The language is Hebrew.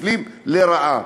מופלים לרעה.